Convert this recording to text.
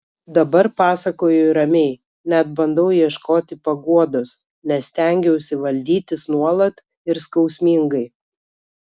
dabar pasakoju ramiai net bandau ieškoti paguodos nes stengiausi valdytis nuolat ir skausmingai